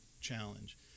challenge